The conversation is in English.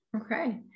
Okay